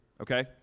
okay